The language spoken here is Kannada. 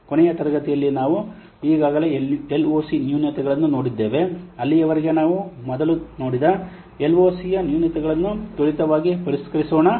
ಕೊನೆಯ ತರಗತಿಯಲ್ಲಿ ನಾವು ಈಗಾಗಲೇ LOC ನ್ಯೂನತೆಗಳನ್ನು ನೋಡಿದ್ದೇವೆ ಅಲ್ಲಿಯವರೆಗೆ ನಾವು ಮೊದಲು ನೋಡಿದ LOCಯ ನ್ಯೂನತೆಗಗಳನ್ನು ತ್ವರಿತವಾಗಿ ಪರಿಷ್ಕರಿಸೋಣ